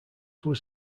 was